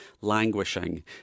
languishing